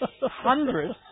Hundreds